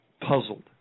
puzzled